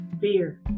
fear